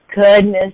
goodness